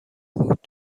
بود